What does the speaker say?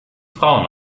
frauen